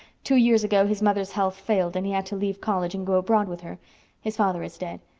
two years ago his mother's health failed and he had to leave college and go abroad with her his father is dead.